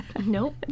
nope